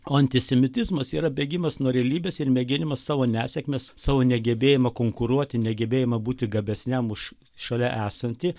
o antisemitizmas yra bėgimas nuo realybės ir mėginimas savo nesėkmes savo negebėjimą konkuruoti negebėjimą būti gabesniam už šalia esantį